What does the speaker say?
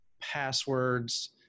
passwords